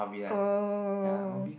oh